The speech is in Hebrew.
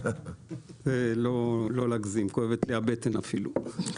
לא להגזים, כואבת לי הבטן אפילו.